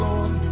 Lord